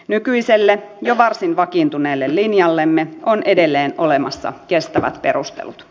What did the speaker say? nykyiselle jo varsin vakiintuneelle linjallemme on edelleen olemassa kestävät perustelut